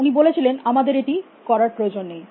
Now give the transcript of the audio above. উনি বলেছিলেন আমাদের এটি করার প্রয়োজন নেই